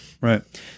Right